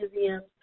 museums